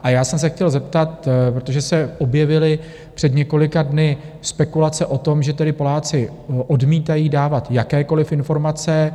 A já jsem se chtěl zeptat, protože se objevily před několika dny spekulace o tom, že tedy Poláci odmítají dávat jakékoliv informace.